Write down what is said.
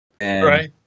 Right